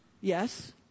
Yes